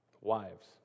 wives